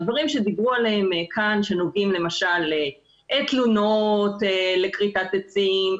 הדבריםש דיברו עליהם כאן שנוגעים למשל לתלונות על כריתת עצים,